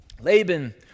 Laban